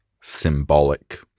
symbolic